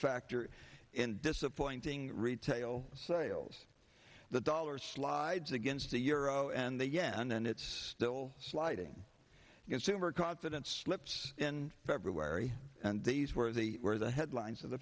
factor in disappointing retail sales the dollar slides against the euro and the yen and it's still sliding consumer confidence slips in february and these were the where the headlines of the